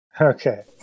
Okay